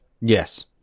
Yes